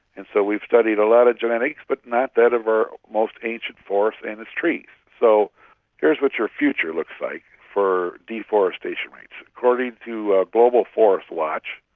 and so we've studied a lot of genetics but not that of our most ancient forests and its trees. so here's what your future looks like for deforestation rates. according to ah global forest watch,